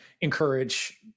encourage